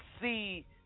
see